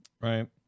right